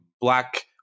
black